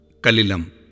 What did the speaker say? Kalilam